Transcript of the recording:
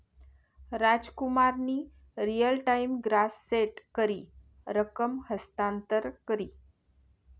रामकुमारनी real time gross set करी रकम हस्तांतर करी